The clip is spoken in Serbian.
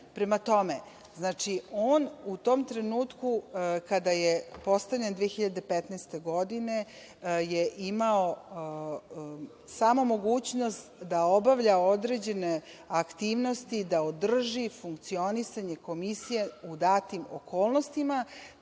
tome, on u tom trenutku kada je postavljen 2015. godine je imao samo mogućnost da obavlja određene aktivnosti, da održi funkcionisanje komisije u datim okolnostima